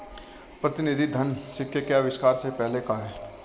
प्रतिनिधि धन सिक्के के आविष्कार से पहले का है